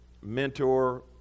mentor